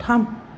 थाम